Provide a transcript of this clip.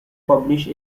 publish